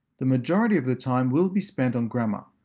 the majority of the time will be spent on grammar,